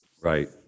Right